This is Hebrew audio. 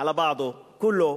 עלא בעדו, כולו,